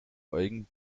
eugen